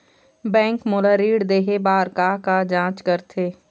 Bank मोला ऋण देहे बार का का जांच करथे?